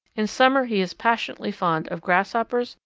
in summer he is passionately fond of grasshoppers,